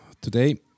today